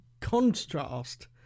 contrast